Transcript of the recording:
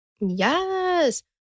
Yes